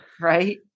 right